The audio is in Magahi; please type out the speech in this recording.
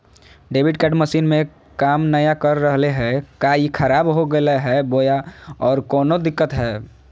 डेबिट कार्ड मसीन में काम नाय कर रहले है, का ई खराब हो गेलै है बोया औरों कोनो दिक्कत है?